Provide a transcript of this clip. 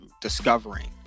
discovering